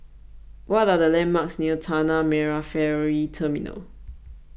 what are the landmarks near Tanah Merah Ferry Terminal